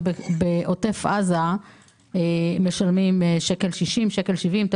ובעוטף עזה משלמים 1.60 או 1.70 שקלים?